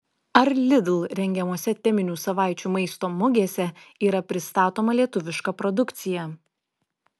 ar lidl rengiamose teminių savaičių maisto mugėse yra pristatoma lietuviška produkcija